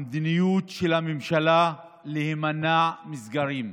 המדיניות של הממשלה, להימנע מסגרים.